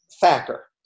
Thacker